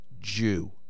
Jew